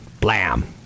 Blam